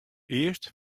earst